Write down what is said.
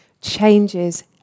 changes